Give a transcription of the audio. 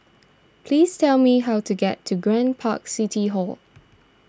please tell me how to get to Grand Park City Hall